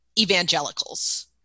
evangelicals